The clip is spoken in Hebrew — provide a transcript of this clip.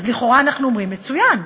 אז לכאורה אנחנו אומרים: מצוין.